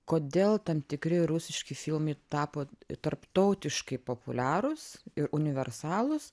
kodėl tam tikri rusiški filmai tapo tarptautiškai populiarūs ir universalūs